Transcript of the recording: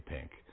Pink